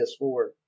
PS4